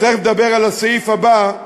תכף נדבר על הסעיף הבא,